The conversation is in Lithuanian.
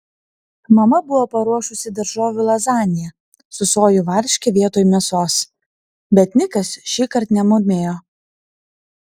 mama buvo paruošusi daržovių lazaniją su sojų varške vietoj mėsos bet nikas šįkart nemurmėjo